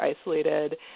isolated